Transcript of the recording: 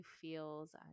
feels